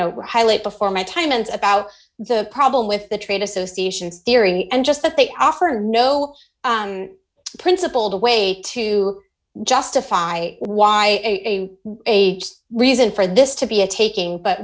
know highlight before my time and about the problem with the trade associations theory and just that they offer no principled a way to justify why a reason for this to be a taking but